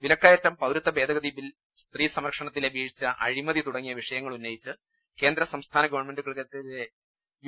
വിലക്കയറ്റം പൌരത്വ ഭേദഗതി ബിൽ സ്ത്രീ സംരക്ഷണ ത്തിലെ വീഴ്ച അഴിമതി തുടങ്ങിയ വിഷയങ്ങൾ ഉന്നയിച്ച് കേന്ദ്ര സംസ്ഥാന ഗവൺമെന്റുകൾക്കെതിരെ യു